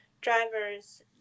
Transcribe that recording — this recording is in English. drivers